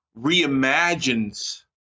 reimagines